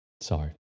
sorry